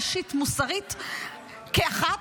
אישית ומוסרית כאחת,